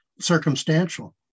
circumstantial